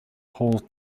hall